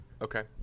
Okay